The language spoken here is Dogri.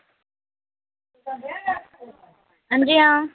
हां जी हां